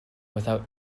without